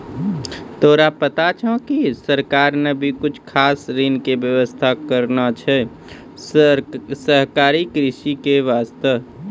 तोरा पता छौं कि सरकार नॅ भी कुछ खास ऋण के व्यवस्था करनॅ छै सहकारी कृषि के वास्तॅ